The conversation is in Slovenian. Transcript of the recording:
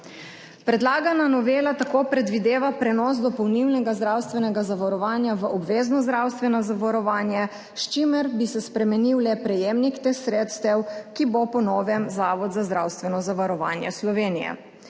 Predlagana novela tako predvideva prenos dopolnilnega zdravstvenega zavarovanja v obvezno zdravstveno zavarovanje, s čimer bi se spremenil le prejemnik teh sredstev, ki bo po novem Zavod za zdravstveno zavarovanje Slovenije.